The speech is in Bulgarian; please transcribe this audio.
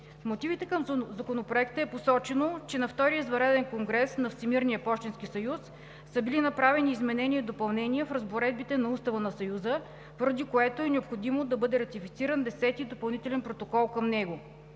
мотивите към Законопроекта е посочено, че на Втория извънреден конгрес на Всемирния пощенски съюз са били направени изменения и допълнения в разпоредбите на Устава на Съюза, поради което е необходимо да бъде ратифициран Десети допълнителен протокол към него.